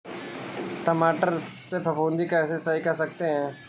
टमाटर से फफूंदी कैसे सही कर सकते हैं?